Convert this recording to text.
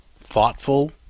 thoughtful